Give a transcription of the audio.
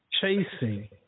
chasing